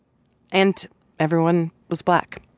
and everyone was black,